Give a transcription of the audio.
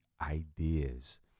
ideas